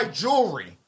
jewelry